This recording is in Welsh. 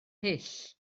hyll